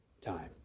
time